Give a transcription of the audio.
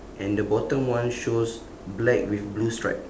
and the bottom one shows black with blue strap